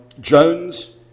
Jones